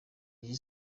iyi